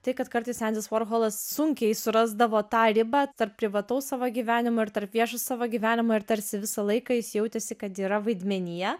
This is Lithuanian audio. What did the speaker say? tai kad kartais endis vorholas sunkiai surasdavo tą ribą tarp privataus savo gyvenimo ir tarp viešo savo gyvenimo ir tarsi visą laiką jis jautėsi kad yra vaidmenyje